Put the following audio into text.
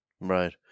Right